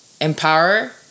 empower